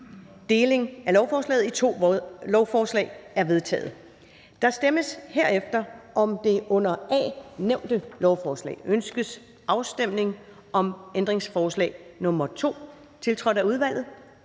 Delingen af lovforslaget i to lovforslag er vedtaget. Der stemmes herefter om det under A nævnte lovforslag: Ønskes afstemning om ændringsforslag nr. 2 og 3 af et